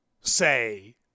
say